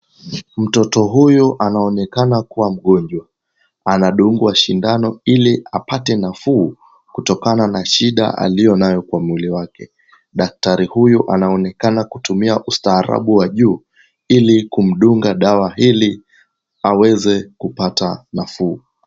Mtoto huyu anaonekana kuwa mgonjwa. Anadungwa sindano ili apate nafuu kutokana na shida aliyo nayo kwa mwili wake. Daktari huyu anaonekana kutumia ustaarabu wa juu ili kumdunga dawa ili aweze kupata nafuu.